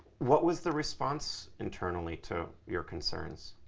what was the response internally to your concerns?